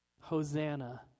Hosanna